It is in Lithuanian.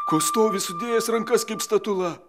ko stovi sudėjęs rankas kaip statula